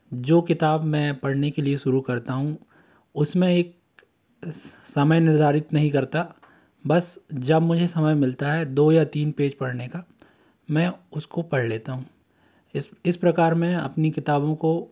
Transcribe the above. जो किताब में पढ़ने के लिए शुरू करता हूँ उस में एक समय निर्धारित नहीं करता बस जब मुझे समय मिलता है दो या तीन पेज पढ़ने का मैं उसको पढ़ लेता हूँ इस प्रकार मैं अपनी किताबों को